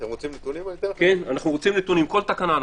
אנחנו רוצים נתונים, כל תקנה.